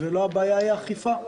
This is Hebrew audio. ואולי הבעיה היא לא האכיפה?